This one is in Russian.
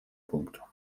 пункту